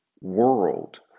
world